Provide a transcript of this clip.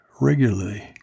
regularly